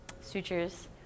sutures